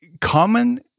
common